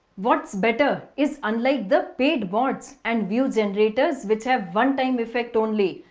what's better is unlike the paid bots and view generators which have one-time effect only,